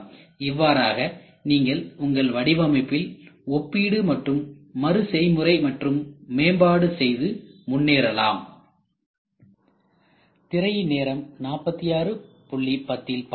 இவ்வாறாக நீங்கள் உங்கள் வடிவமைப்பில் ஒப்பீடு மற்றும் மறு செய்முறை மற்றும் மேம்பாடு செய்து முன்னேறலாம்